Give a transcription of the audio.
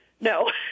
No